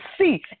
see